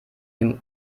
dem